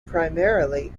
primarily